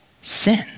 sin